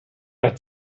had